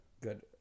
good